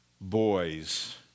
boys